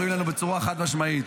אומרים לנו בצורה חד-משמעית: